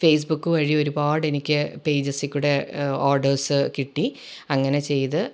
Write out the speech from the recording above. Facebook വഴി ഒരുപാടെനിക്ക് പേജസിൽ കൂടെ ഓർഡേഴ്സ് കിട്ടി അങ്ങനെ ചെയ്ത്